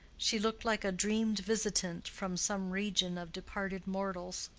she looked like a dreamed visitant from some region of departed mortals.